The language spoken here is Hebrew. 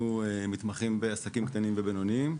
אנחנו מתמחים בעסקים קטנים ובינוניים.